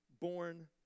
born